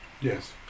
Yes